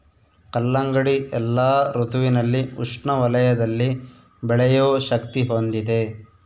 ಕಲ್ಲಂಗಡಿ ಎಲ್ಲಾ ಋತುವಿನಲ್ಲಿ ಉಷ್ಣ ವಲಯದಲ್ಲಿ ಬೆಳೆಯೋ ಶಕ್ತಿ ಹೊಂದಿದೆ